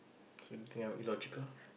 illogical